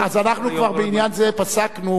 בעניין זה כבר פסקנו,